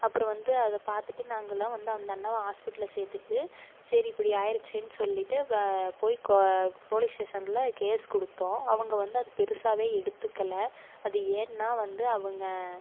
அப்புறம் வந்து அதை பார்த்துட்டு நாங்களெல்லாம் வந்து அந்த அண்ணாவை ஹாஸ்பிட்டலில் சேர்த்துட்டு சரி இப்படி ஆகிருச்சேன்னு சொல்லிவிட்டு வ போய் கோ போலீஸ் ஸ்டேஷனில் கேஸ் கொடுத்தோம் அவங்க வந்து அதை பெருசாகவே எடுத்துக்கலை அது ஏன்னால் வந்து அவங்க